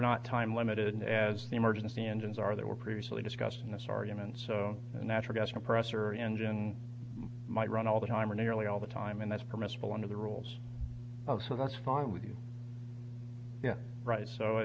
not time limited as the emergency engines are there were previously discussed in this argument so the natural gas compressor engine might run all the time or nearly all the time and that's permissible under the rules of so that's fine with you right so